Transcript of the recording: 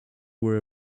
where